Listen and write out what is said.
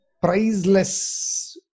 priceless